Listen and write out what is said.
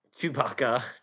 Chewbacca